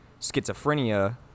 schizophrenia